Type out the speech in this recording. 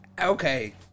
Okay